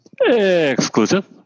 Exclusive